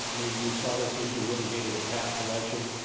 we we saw this issue litigated in past elections,